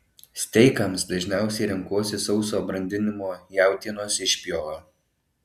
steikams dažniausiai renkuosi sauso brandinimo jautienos išpjovą